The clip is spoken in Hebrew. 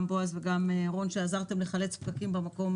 גם בועז וגם רון שעזרתם לחלץ פקקים במקום